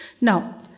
Now